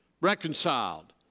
reconciled